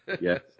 Yes